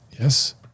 Yes